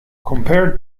compared